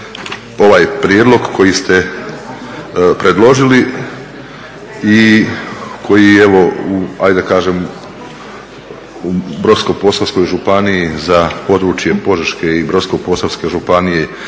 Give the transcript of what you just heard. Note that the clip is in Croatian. ovaj prijedlog koji ste predložili i koji je ajde da kažem u Brodskoj-posavskoj županiji za područje Požeške i Brodsko-posavske županije